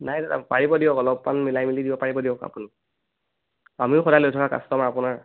নাই দাদা পাৰিব দিয়ক অলপমান মিলাই মেলি দিব পাৰিব দিয়ক আপুনি আমিও সদায় লৈ থকা কাষ্টমাৰ আপোনাৰ